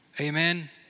Amen